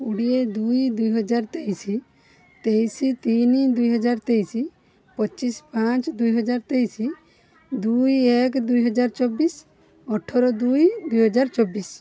କୋଡ଼ିଏ ଦୁଇ ଦୁଇହଜାର ତେଇଶି ତେଇଶି ତିନି ଦୁଇହଜାର ତେଇଶି ପଚିଶି ପାଞ୍ଚ ଦୁଇହଜାର ତେଇଶି ଦୁଇ ଏକ ଦୁଇହଜାର ଚବିଶି ଅଠର ଦୁଇ ଦୁଇହଜାର ଚବିଶି